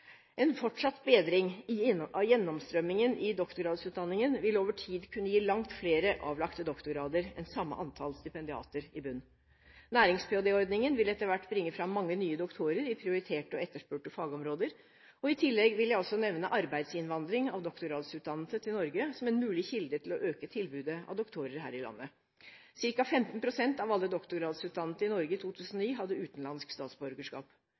En fortsatt bedring av gjennomstrømmingen i doktorgradsutdanningen vil over tid kunne gi langt flere avlagte doktorgrader med samme antall stipendiater i bunn. Nærings-ph.d.-ordningen vil etter hvert bringe fram mange nye doktorer innen prioriterte og etterspurte fagområder. I tillegg vil jeg også nevne arbeidsinnvandring av doktorgradsutdannede til Norge som en mulig kilde til å øke tilbudet av doktorer her i landet. Cirka 15 pst. av alle doktorgradsutdannede i Norge i 2009 hadde utenlandsk statsborgerskap.